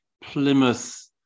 Plymouth